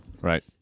Right